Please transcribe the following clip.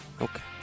Okay